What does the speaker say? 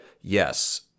yes